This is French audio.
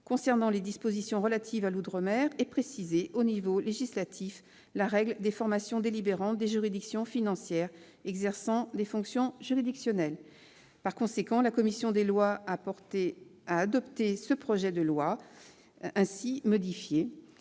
concernant les dispositions relatives à l'outre-mer et à préciser, au niveau législatif, la liste des formations délibérantes des juridictions financières exerçant des fonctions juridictionnelles. La commission des lois ayant adopté le projet de loi ainsi modifié,